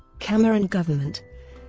cameron government